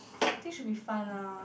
I think should be fun lah